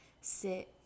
sit